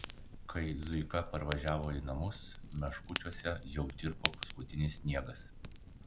kai zuika parvažiavo į namus meškučiuose jau tirpo paskutinis sniegas